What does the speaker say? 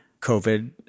COVID